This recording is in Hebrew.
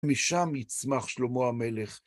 משם יצמח שלמה המלך.